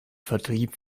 vertrieb